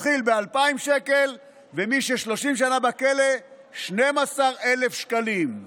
מתחיל ב-2,000 שקל, ומי ש-30 בכלא, 12,000 שקלים.